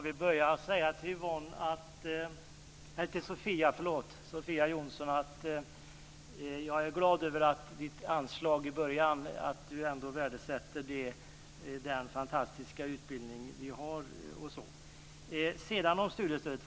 Fru talman! Jag vill börja med att säga till Sofia Jonsson att jag är glad över hennes anslag i början och att hon ändå värdesätter den fantastiska utbildning vi har. Sedan till studiestödet.